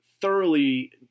thoroughly